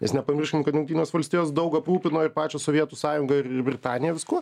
nes nepamirškim kad jungtinės valstijos daug aprūpino ir pačią sovietų sąjungą ir britaniją viskuo